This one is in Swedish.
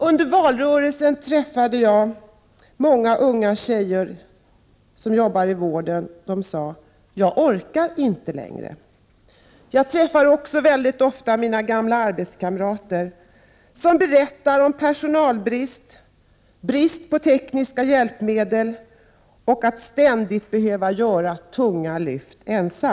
Under valrörelsen träffade jag många unga flickor som arbetar i vården som sade att de inte orkar längre. Jag träffar också mycket ofta mina gamla arbetskamrater, som berättar om personalbrist och brist på tekniska hjälpmedel och om att ständigt ensamma behöva göra tunga lyft.